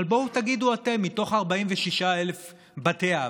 אבל בואו תגידו אתם: מתוך 46,000 בתי האב,